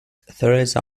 theresa